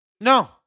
No